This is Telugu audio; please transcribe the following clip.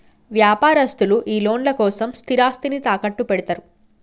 వ్యాపారస్తులు ఈ లోన్ల కోసం స్థిరాస్తిని తాకట్టుపెడ్తరు